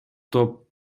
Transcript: топ